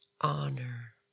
honor